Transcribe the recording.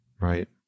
Right